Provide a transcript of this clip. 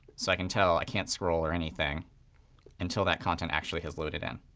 so i can tell i can't scroll or anything until that content actually has loaded in.